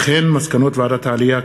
מסקנות ועדת העלייה,